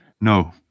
No